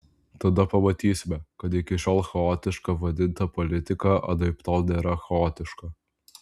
tada pamatysime kad iki šiol chaotiška vadinta politika anaiptol nėra chaotiška